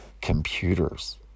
computers